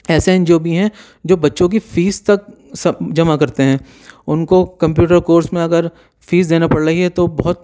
ایسے N G O بھی ہیں جو بچوں کی فیس تک سب جمع کرتے ہیں ان کو کمپیوٹر کورس میں اگر فیس دینا پڑ رہی ہے تو بہت